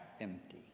empty